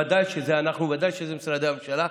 ודאי שאלה אנחנו וודאי שאלה משרדי הממשלה,